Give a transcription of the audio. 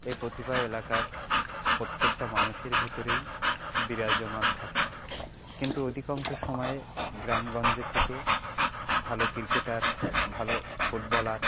এই প্রতিভা এলাকার প্রত্যেকটা মানুষের ভিতরেই বিরাজমান থাকে কিন্তু অধিকাংশ সময়ে গ্রামগঞ্জে থেকে ভালো ক্রিকেটার ভালো ফুটবলার